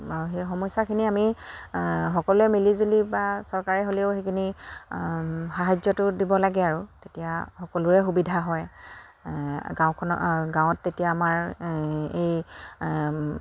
সেই সমস্যাখিনি আমি সকলোৱে মিলিজুলি বা চৰকাৰে হ'লেও সেইখিনি সাহাৰ্যটো দিব লাগে আৰু তেতিয়া সকলোৰে সুবিধা হয় গাঁওখনত গাঁৱত তেতিয়া আমাৰ এই